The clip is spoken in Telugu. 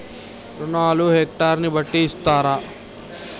రుణాలు హెక్టర్ ని బట్టి ఇస్తారా?